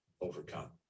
overcome